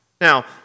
Now